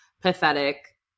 pathetic